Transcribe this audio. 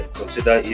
consider